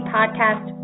Podcast